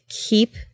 keep